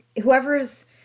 Whoever's